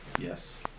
Yes